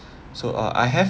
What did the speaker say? so uh I have